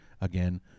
again